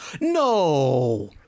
No